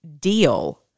deal